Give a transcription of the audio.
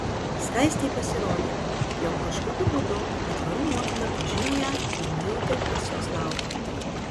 skaistei pasirodė jog kažkokiu būdu aitvarų motina pažino ją ir nujautė kas jos laukia